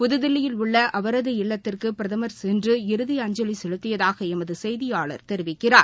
புதுதில்லியில் உள்ள அவரது இல்லத்திற்கு பிரதமர் சென்று இறுதி அஞ்சலி செலுத்தியதாக எமத செய்தியாளர் தெரிவிக்கிறார்